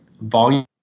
volume